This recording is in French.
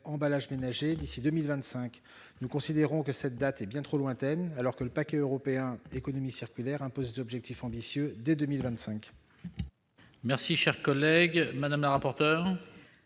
emballages ménagers d'ici à 2025. Nous considérons que cette date est bien trop lointaine, alors que le paquet européen Économie circulaire impose des objectifs ambitieux dès 2025.